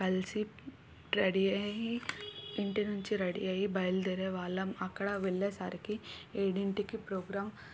కలిసి రెడీ అయ్యి ఇంటి నుంచి రెడీ అయ్యి బయలుదేరే వాళ్ళం అక్కడ వెళ్ళేసరికి ఏడింటికి ప్రోగ్రామ్